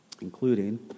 including